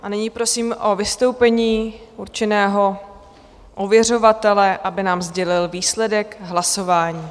A nyní prosím o vystoupení určeného ověřovatele, aby nám sdělil výsledek hlasování.